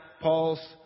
Paul's